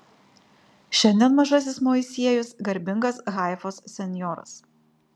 šiandien mažasis moisiejus garbingas haifos senjoras